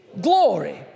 glory